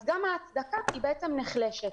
אז גם ההצדקה נחלשת.